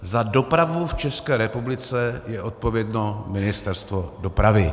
Za dopravu v České republice je odpovědné Ministerstvo dopravy.